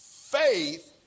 faith